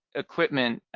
equipment